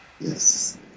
Yes